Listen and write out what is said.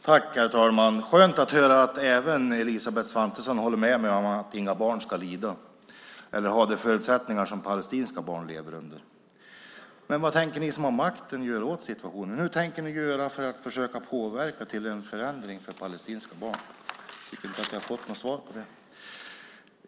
Herr talman! Det var skönt att höra att även Elisabeth Svantesson håller med mig om att inga barn ska lida eller ha de förutsättningar som palestinska barn lever under. Men vad tänker ni som har makten göra åt situationen? Hur tänker ni göra för att försöka påverka till en förändring för palestinska barn? Jag tycker inte att jag har fått något svar på det.